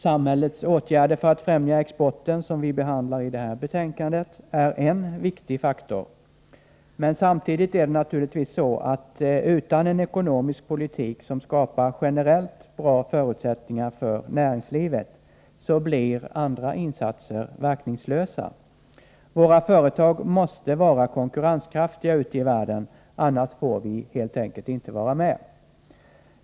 Samhällets åtgärder för att främja exporten, som vi behandlar i det här föreliggande betänkandet, är en viktig faktor. Samtidigt är det naturligtvis så att utan en ekonomisk politik som skapar generellt bra förutsättningar för näringslivet blir andra insatser verkningslösa. Våra företag måste vara konkurrenskraftiga ute i världen, annars får vi helt enkelt inte vara med.